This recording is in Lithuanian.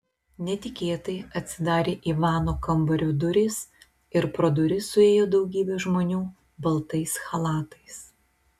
netikėtai atsidarė ivano kambario durys ir pro duris suėjo daugybė žmonių baltais chalatais